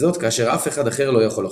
וזאת כאשר אף אחד אחר לא יכול לחוש.